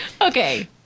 Okay